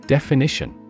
Definition